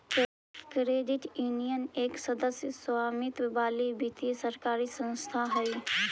credit union एक सदस्य स्वामित्व वाली वित्तीय सरकारी संस्था हइ